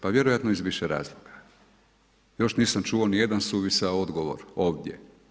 Pa vjerojatno iz više razloga, još nisam čuo nijedan suvisao odgovor, ovdje.